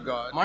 God